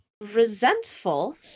resentful